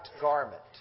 garment